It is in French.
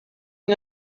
une